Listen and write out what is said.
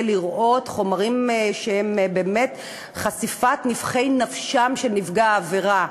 לראות חומרים שהם באמת חשיפת נבכי נפשם של נפגעי העבירה.